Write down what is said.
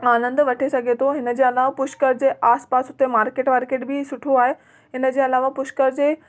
आनंदु वठी सघे थो हिनजे अलावा पुष्कर जे आसिपासि हुते मार्केट वार्केट बि सुठो आहे हिनजे अलावा पुष्कर जे